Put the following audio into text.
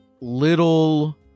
little